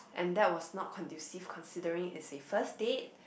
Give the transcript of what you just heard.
and that was not conducive considering it's a first date